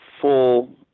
full